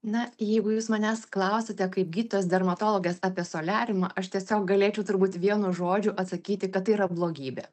na jeigu jūs manęs klausiate kaip gydytojos dermatologės apie soliariumą aš tiesiog galėčiau turbūt vienu žodžiu atsakyti kad tai yra blogybė